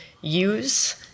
use